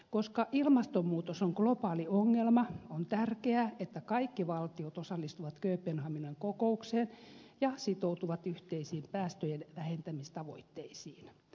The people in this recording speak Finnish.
koska ilmastonmuutos on globaali ongelma on tärkeää että kaikki valtiot osallistuvat kööpenhaminan kokoukseen ja sitoutuvat yhteisiin päästöjen vähentämistavoitteisiin